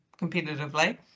competitively